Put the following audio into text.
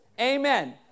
Amen